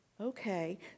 okay